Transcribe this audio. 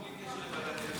הכול בסדר.